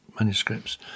Manuscripts